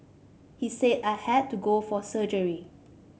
he said I had to go for surgery